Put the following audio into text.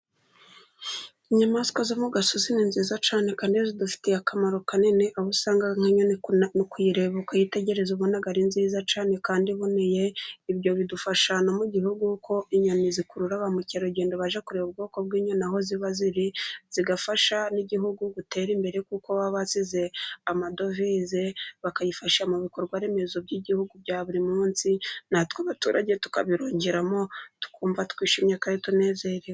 Inyamaswa zo mu gasozi ni nziza cyane kandi zidufitiye akamaro kanini, aho usanga nk'inyoni no kuyireba ukayitegereza, ubona ari nziza cyane kandi iboneye, ibyo bidufasha no mu gihugu kuko inyoni zikurura ba mukerarugendo baje kureba ubwoko bw'inyoni aho ziba ziri, zigafasha n'igihugu gutera imbere kuko baba basize amadovize, bakayifashisha mu bikorwa remezo by'igihugu bya buri munsi, natwe abaturage tukabironkeramo tukumva twishimye kandi tunezerewe.